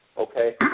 Okay